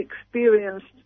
experienced